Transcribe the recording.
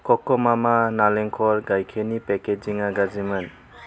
कक' मामा नालेंखर गायखेरनि पेकेजिंआ गाज्रिमोन